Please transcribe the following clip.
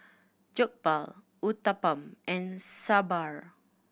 Jokbal Uthapam and Sambar